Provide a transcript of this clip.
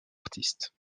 artistes